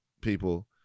People